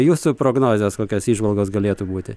jūsų prognozės kokios įžvalgos galėtų būti